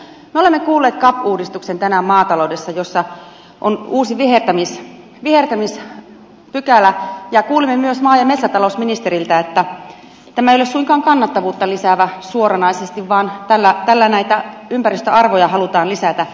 me olemme kuulleet tänään maatalouden cap uudistuksesta jossa on uusi vihertämispykälä ja kuulimme myös maa ja metsätalousministeriltä että tämä ei ole suinkaan kannattavuutta suoranaisesti lisäävä vaan tällä näitä ympäristöarvoja halutaan lisätä